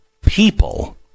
people